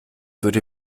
würde